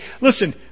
listen